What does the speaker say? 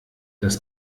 das